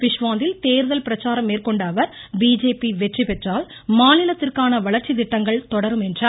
பிஷ்வாந்தில் தேர்தல் பிரச்சாரம் மேற்கொண்டஅவர் பிஜேபி வெற்றிபெற்றால் மாநிலத்திற்கான வளர்ச்சி திட்டங்கள் தொடரும் என்றார்